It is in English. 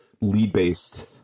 lead-based